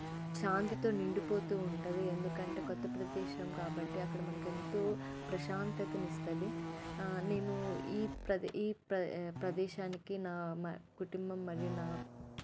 శాంతితో నిండిపోతూ ఉంటుంది ఎందుకంటే కొత్త ప్రదేశం కాబట్టి అక్కడ మనకెంతో ప్రశాంతతనిస్తుంది నేను ఈ ప్రదే ఈ ప్రదేశానికి నా మ కుటుంబం మరియు నా